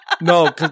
no